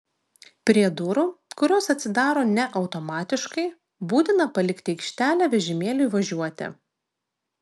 prie durų kurios atsidaro ne automatiškai būtina palikti aikštelę vežimėliui važiuoti